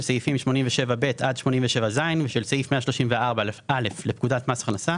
סעיפים 87ב עד 87ז ושל סעיף 134א לפקודת מס הכנסה,